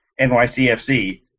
NYCFC